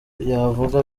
yavuga